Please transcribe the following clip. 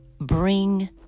bring